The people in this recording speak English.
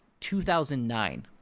2009